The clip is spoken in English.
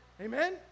Amen